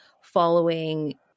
following